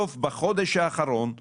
ובחודש האחרון הוחלט,